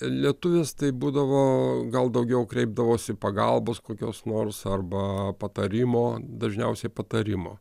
lietuvės taip būdavo gal daugiau kreipdavosi pagalbos kokios nors arba patarimo dažniausiai patarimo